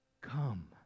Come